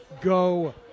go